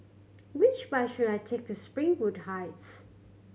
which bus should I take to Springwood Heights